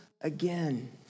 again